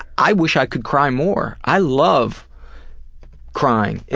i wish i could cry more. i love crying.